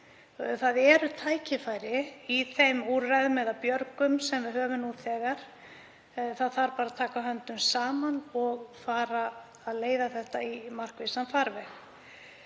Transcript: Það eru tækifæri í þeim úrræðum eða björgum sem við höfum nú þegar. Það þarf bara að taka höndum saman og leiða þetta í markvissan farveg.